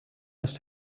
must